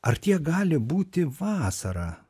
ar tiek gali būti vasarą